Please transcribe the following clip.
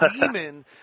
demon